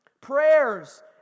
prayers